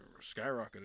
skyrocketed